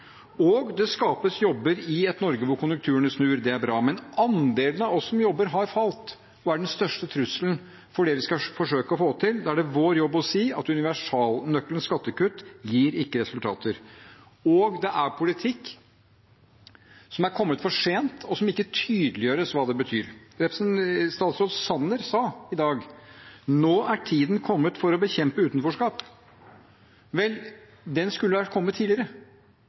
det. Det skapes jobber i et Norge hvor konjunkturene snur. Det er bra, men andelen av oss som jobber, har falt, og er den største trusselen mot det vi skal forsøke å få til. Da er det vår jobb å si at universalnøkkelen skattekutt ikke gir resultater. Det er politikk som er kommet for sent, og det tydeliggjøres ikke hva den betyr. Statsråd Sanner sa i dag at tiden nå er kommet for å bekjempe utenforskap. Den skulle ha kommet tidligere.